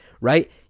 right